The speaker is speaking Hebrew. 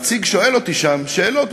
הנציג שואל אותי שם שאלות,